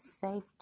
safety